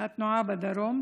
התנועה בדרום?